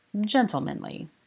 gentlemanly